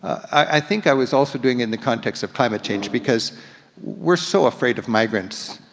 i think i was also doing it in the context of climate change, because we're so afraid of migrants,